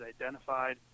identified